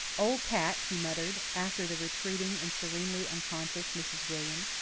old cat, he muttered after the retreating and serenely unconscious mrs. william.